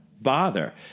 bother